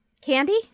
Candy